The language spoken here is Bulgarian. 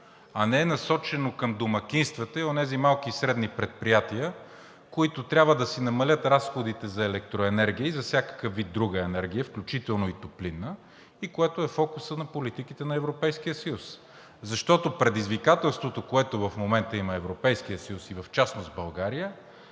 а не е насочено към домакинствата и онези малки и средни предприятия, които трябва да си намалят разходите за електроенергия и за всякакъв вид друга енергия, включително и топлинна, и което е фокусът на политиките на Европейския съюз. Защото предизвикателството, което в момента има Европейският съюз и в частност България,